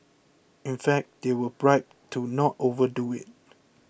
in fact they were bribed to not overdo it